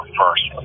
first